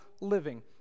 living